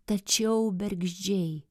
tačiau bergždžiai